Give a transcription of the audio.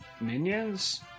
Minions